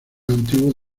antiguos